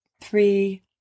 three